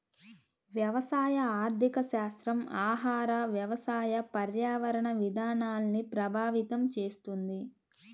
వ్యవసాయ ఆర్థికశాస్త్రం ఆహార, వ్యవసాయ, పర్యావరణ విధానాల్ని ప్రభావితం చేస్తుంది